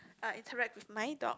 uh interact with my dog